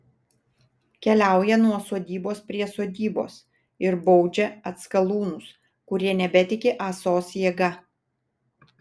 keliauja nuo sodybos prie sodybos ir baudžia atskalūnus kurie nebetiki ąsos jėga